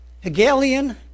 Hegelian